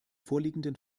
vorliegenden